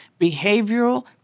behavioral